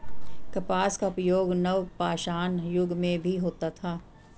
कपास का उपयोग नवपाषाण युग में भी होता था